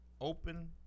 open